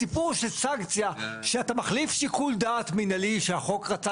הסיפור של סנקציה שאתה מחליף שיקול דעת מנהלי שהחוק רצה